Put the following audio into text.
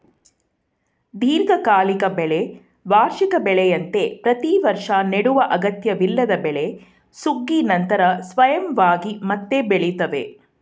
ದೀರ್ಘಕಾಲಿಕ ಬೆಳೆ ವಾರ್ಷಿಕ ಬೆಳೆಯಂತೆ ಪ್ರತಿವರ್ಷ ನೆಡುವ ಅಗತ್ಯವಿಲ್ಲದ ಬೆಳೆ ಸುಗ್ಗಿ ನಂತರ ಸ್ವಯಂವಾಗಿ ಮತ್ತೆ ಬೆಳಿತವೆ